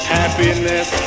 happiness